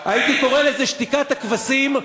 הייתי קורא לזה "שתיקת הכבשים".